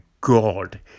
god